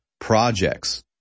projects